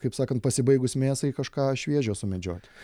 kaip sakant pasibaigus mėsai kažką šviežio sumedžioti